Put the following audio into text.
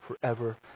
forever